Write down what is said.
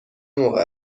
موقع